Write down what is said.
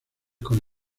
con